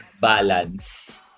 balance